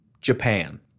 Japan